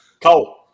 Cole